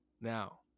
Now